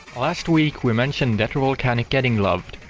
last week we mentioned detro volcanic getting loved.